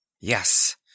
Yes